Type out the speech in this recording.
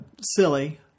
silly